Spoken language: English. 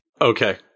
Okay